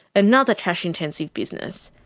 another cash intensive business.